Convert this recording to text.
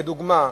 לדוגמה,